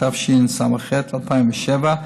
התשס"ח 2007,